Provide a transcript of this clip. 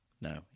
no